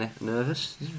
Nervous